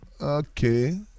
Okay